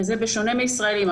וזה בשונה מישראלים,